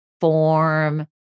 form